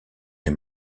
des